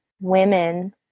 women